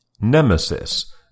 Nemesis